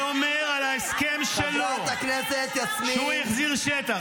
ואומר על ההסכם שלו, כשהוא החזיר שטח.